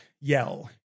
yell